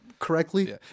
Correctly